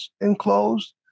enclosed